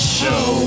show